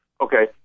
Okay